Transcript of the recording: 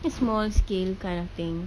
the small scale kind of thing